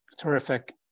Terrific